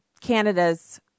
Canada's